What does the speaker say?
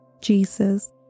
Jesus